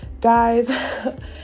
guys